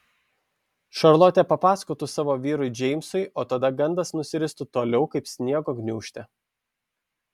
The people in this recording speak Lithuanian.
šarlotė papasakotų savo vyrui džeimsui o tada gandas nusiristų toliau kaip sniego gniūžtė